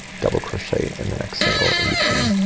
double crochet in the next single in between.